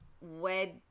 wed